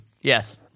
Yes